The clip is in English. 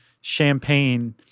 champagne